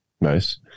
Nice